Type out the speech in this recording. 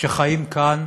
שחיים כאן